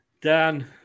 Dan